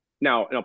now